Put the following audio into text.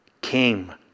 came